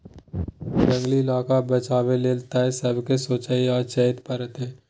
जंगली इलाका बचाबै लेल तए सबके सोचइ आ चेतै परतै